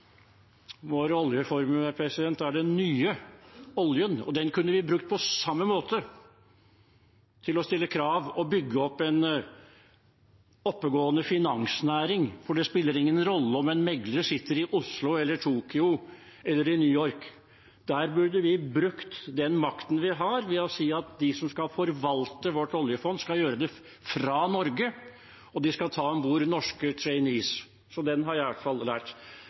Vår oljeformue er den nye oljen, og den kunne vi brukt på samme måte, til å stille krav og bygge opp en oppegående finansnæring, for det spiller ingen rolle om en megler sitter i Oslo eller Tokyo eller New York. Der burde vi brukt den makten vi har, ved å si at de som skal forvalte vårt oljefond, skal gjøre det fra Norge, og de skal ta om bord norske trainees. Så det har jeg i hvert fall lært.